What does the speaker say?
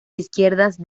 izquierdas